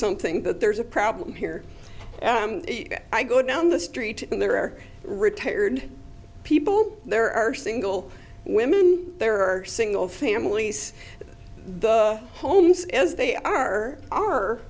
something but there is a problem here i go down the street and there are retired people there are single women there are single families the homes as they are are